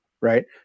right